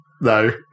no